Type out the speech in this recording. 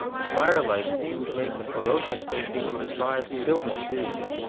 the firelight seemed to make the ferocious faces of the tribe still more hideous.